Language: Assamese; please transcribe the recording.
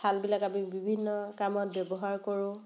থালবিলাক আমি বিভিন্ন কামত ব্যৱহাৰ কৰোঁ